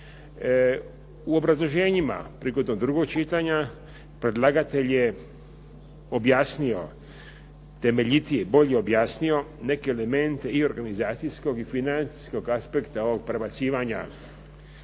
U obrazloženjima prigodom drugog čitanja predlagatelj je objasnio, temeljitije i bolje objasnio neke elemente i organizacijskog i financijskog aspekta ovog prebacivanja